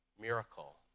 miracle